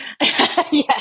Yes